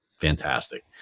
fantastic